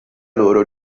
loro